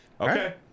Okay